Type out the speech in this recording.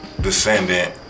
descendant